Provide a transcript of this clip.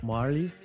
Marley